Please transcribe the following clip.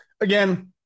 Again